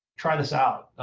try this out.